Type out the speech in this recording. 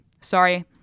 sorry